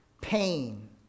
pain